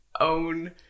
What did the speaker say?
own